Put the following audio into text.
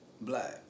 black